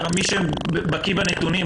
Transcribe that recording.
מי שבקי בנתונים,